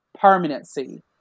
permanency